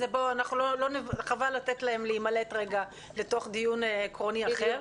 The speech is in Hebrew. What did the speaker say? חבל לתת להם להימלט לתוך דיון עקרוני אחר.